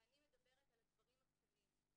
ואני מדברת על הדברים הקטנים.